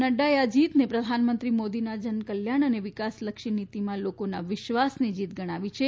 નડૃાએ આ જીતને પ્રધાનમંત્રી મોદીના જનકલ્યાણ અને વિકાસલક્ષી નીતીમાં લોકોના વિશ્વાસની જીત ગણાવી છે